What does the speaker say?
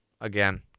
again